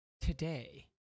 today